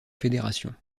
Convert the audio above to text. fédération